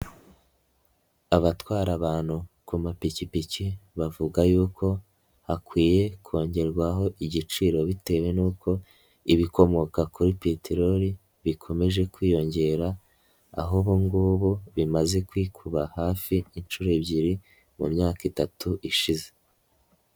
Abatwara abantu ku mapikipiki bavuga yuko hakwiye kongerwaho igiciro, bitewe n'uko ibikomoka kuri peteroli bikomeje kwiyongera aho ubu ngubu bimaze kwikuba hafi inshuro ebyiri mu myaka itatu ishize.